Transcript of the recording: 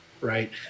right